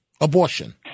abortion